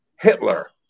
Hitler